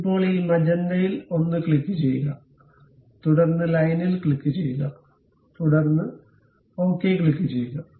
ഇപ്പോൾ ഈ മജന്തയിൽ ഒന്ന് ക്ലിക്കുചെയ്യുക തുടർന്ന് ലൈനിൽ ക്ലിക്കുചെയ്യുക തുടർന്ന് ശരി ക്ലിക്കുചെയ്യുക